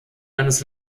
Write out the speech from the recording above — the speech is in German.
eines